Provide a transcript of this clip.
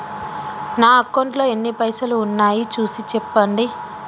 నా అకౌంట్లో ఎన్ని పైసలు ఉన్నాయి చూసి చెప్పండి?